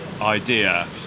idea